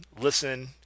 listen